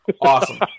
awesome